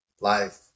life